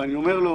ואני אומר לו